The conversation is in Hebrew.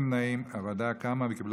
הצעת הוועדה המסדרת בדבר הקמת ועדה